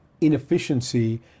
inefficiency